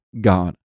God